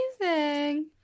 Amazing